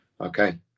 okay